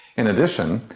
in addition,